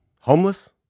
homeless